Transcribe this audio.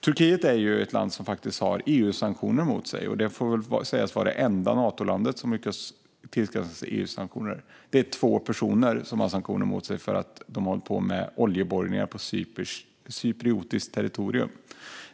Turkiet är ett land som har EU-sanktioner mot sig. Det får sägas vara enda Natolandet som har lyckats tillskansa sig EU-sanktioner. Det är två personer som har sanktioner mot sig för att de har hållit på med oljeborrningar på cypriotiskt territorium.